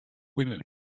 women